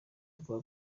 avuga